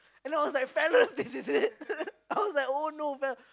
and I was like fellas this is it I was like oh no